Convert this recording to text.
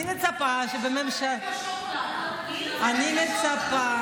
אני מצפה שבממשלה, אני אשמה.